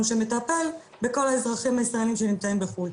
שמטפל בכל האזרחים הישראלים שנמצאים בחו"ל.